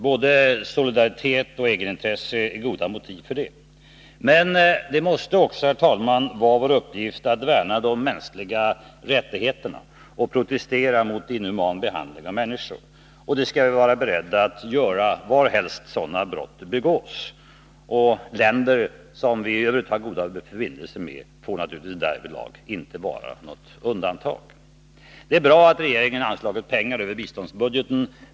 Både solidaritet och egenintresse är goda motiv för det. Men, herr talman, det måste också vara vår uppgift att värna de mänskliga rättigheterna och protestera mot inhuman behandling av människor. Det skall vi vara beredda att göra varhelst sådana brott begås. Länder som vi i övrigt har goda förbindelser med får naturligtvis därvidlag inte vara något undantag. Det är bra att regeringen anslagit pengar över biståndsbudgeten.